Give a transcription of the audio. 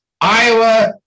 Iowa